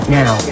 now